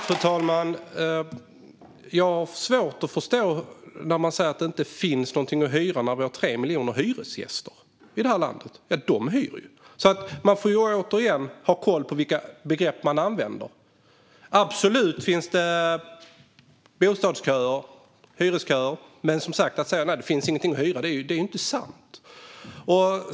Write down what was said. Fru talman! Jag har svårt att förstå hur man kan säga att det inte finns någonting att hyra när vi har 3 miljoner hyresgäster i det här landet - de hyr ju. Återigen: Man får ha koll på vilka begrepp man använder. Absolut finns det hyresköer, men att det inte finns någonting att hyra är inte sant.